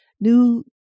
new